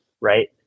Right